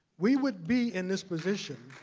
we wouldn't be in this position